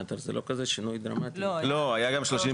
שמוצע על ידי